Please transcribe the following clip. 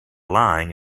lying